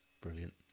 brilliant